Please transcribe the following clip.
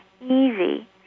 easy